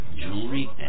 jewelry